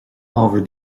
ábhar